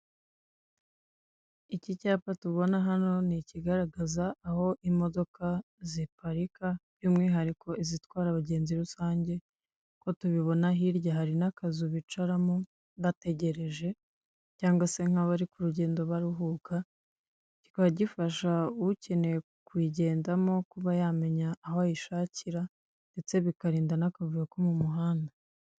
Iki cyapa tubona hano ni ikigaragaza aho imodoka ziparika, by'umwihariko izitwara abagenzi rusange, uko tubibona hirya hari n'akazu bicaramo bategereje cyangwa se nk'abari ku rugendo baruhuka, kikaba gifasha ushaka kuyigendamo kumemya aho ayishakira, ndetse bikarinda n'akavuyo ko mu muhanda.